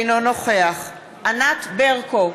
אינו נוכח ענת ברקו,